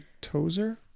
Tozer